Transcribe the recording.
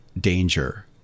danger